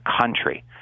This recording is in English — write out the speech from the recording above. country